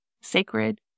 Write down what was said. Sacred